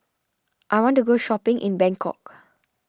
I want to go shopping in Bangkok